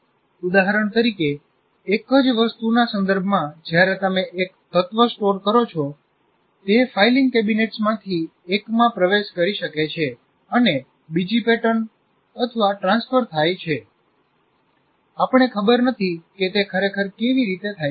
ઉદાહરણ તરીકે એક જ વસ્તુના સંદર્ભમાં જ્યારે તમે એક તત્વ સ્ટોર કરો છો તે ફાઇલિંગ કેબિનેટ્સમાંથી એકમાં પ્રવેશ કરી શકે છે અને બીજી પેટર્ન ટ્રાન્સફર થાય છે આપણે ખબર નથી કે તે ખરેખર કેવી રીતે થાય છે